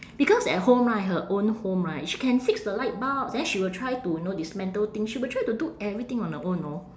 because at home right her own home right she can fix the light bulbs then she will try to know dismantle thing she will try to do everything on her own know